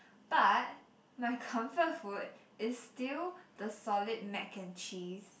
but my comfort food is still the solid mac and cheese